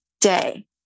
day